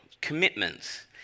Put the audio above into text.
commitments